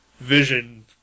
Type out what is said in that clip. vision